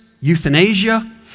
euthanasia